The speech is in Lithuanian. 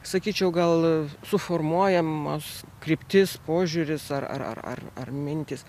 sakyčiau gal suformuojamos kryptis požiūris ar ar ar ar mintys